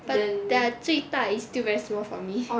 but their 最大 is still very small for me